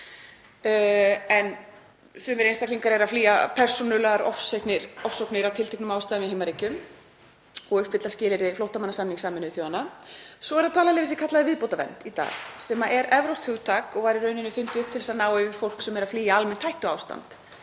en sumir einstaklingar eru að flýja persónulegar ofsóknir af tilteknum ástæðum í heimaríkjum og uppfylla skilyrði flóttamannasamnings Sameinuðu þjóðanna. Svo er það dvalarleyfi sem kallað er viðbótarvernd í dag, sem er evrópskt hugtak og var í rauninni fundið upp til að ná yfir fólk sem er að flýja almennt hættuástand